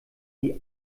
die